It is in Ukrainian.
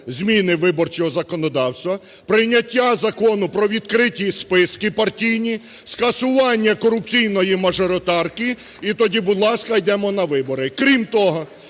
зміни виборчого законодавства, прийняття Закону про відкриті списки партійні, скасування корупційної мажоритарки, і тоді, будь ласка, йдемо на вибори. Крім того,